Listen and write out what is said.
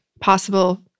possible